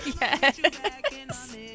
Yes